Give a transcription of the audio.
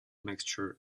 mixture